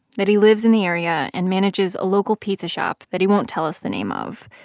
that he lives in the area and manages a local pizza shop that he won't tell us the name of.